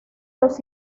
los